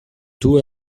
two